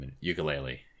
ukulele